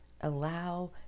allow